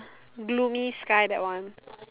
gloomy sky that one